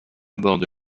borde